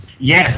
Yes